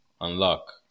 Unlock